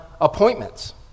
appointments